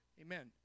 Amen